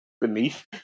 Beneath